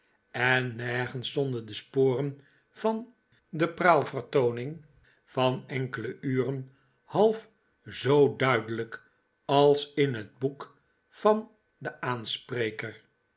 en nergens stonden de sporen van de praalvertooning van enkele uren half zoo duidelijk als in het boek van den aanspreker